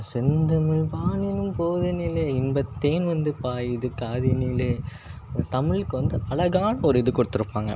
செந்தமிழ் நாடெனும் போதினிலே இன்பத் தேன் வந்து பாயுது காதினிலே தமிழுக்கு வந்து அழகான ஒரு இது கொடுத்திருப்பாங்க